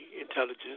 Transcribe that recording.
intelligence